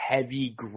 heavy